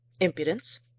Impudence